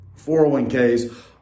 401ks